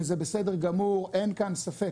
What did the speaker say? וזה בסדר גמור, אין כאן ספק.